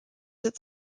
their